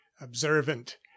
observant